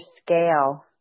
scale